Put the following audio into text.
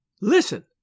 Listen